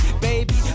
baby